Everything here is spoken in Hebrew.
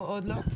עוד לא.